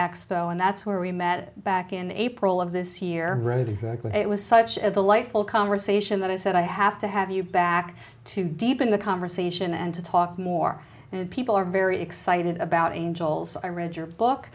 expo and that's where we met back in april of this year it was such a delightful conversation that i said i have to have you back to deepen the conversation and to talk more and people are very excited about angels i read your book